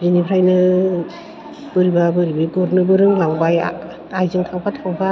बिनिफ्रायनो बोरैबा बोरैबि गुरनोबो रोंलांबाय आइजों थांफा थांफा